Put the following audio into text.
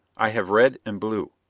i have red and blue.